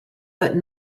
but